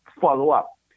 follow-up